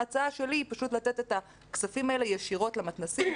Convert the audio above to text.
ההצעה שלי היא פשוט לתת את הכספים האלה ישירות למתנ"סים,